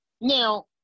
Now